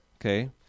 Okay